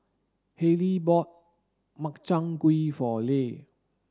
Hayley bought Makchang gui for Le